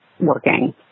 working